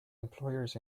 employers